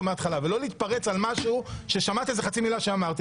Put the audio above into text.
מההתחלה ולא להתפרץ על משהו ששמעת חצי מילה שאמרתי.